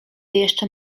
jeszcze